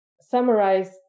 summarize